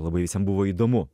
labai visiem buvo įdomu